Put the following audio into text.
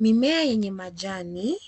Mimea yenye majani